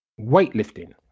weightlifting